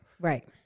Right